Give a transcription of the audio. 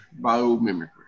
biomimicry